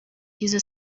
izo